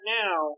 now